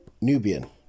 Nubian